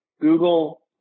Google